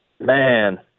Man